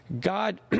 God